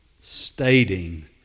stating